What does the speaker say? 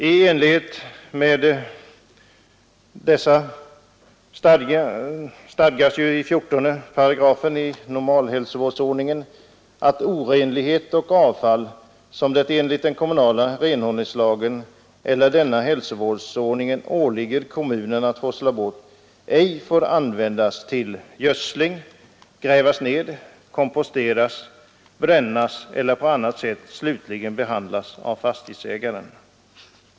I enlighet med detta stadgas i 14 8 normalhälsovårdsordningen att orenlighet och avfall som det enligt den kommunala renhållningslagen eller hälsovårdsordningen åligger kommunen att forsla bort ej får användas till gödsling, grävas ned, komposteras, brännas eller på annat sätt slutligt behandlas av fastighetsägaren.